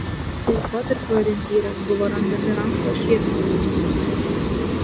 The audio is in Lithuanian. laikotarpio orientyras buvo randami rankšluosčiai ir muilas